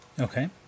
okay